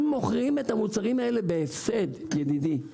הם מוכרים את המוצרים האלה בהפסד, ידידי.